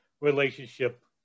relationship